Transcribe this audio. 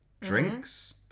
Drinks